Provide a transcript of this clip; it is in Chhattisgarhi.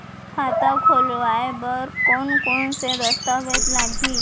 खाता खोलवाय बर कोन कोन से दस्तावेज लागही?